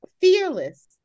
fearless